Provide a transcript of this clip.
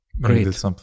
great